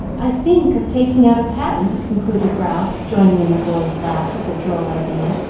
i think of taking out a patent, concluded ralph, joining in the boys' laugh at the droll idea.